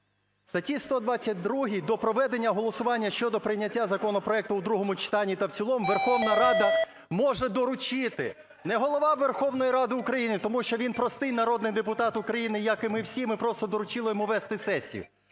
статті 122 до проведення голосування щодо прийняття законопроекту в другому читанні та в цілому Верховна Рада може доручити, не Голова Верховної Ради України, тому що він простий народний депутат України, як і ми всі, ми просто доручили йому вести сесію,